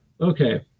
Okay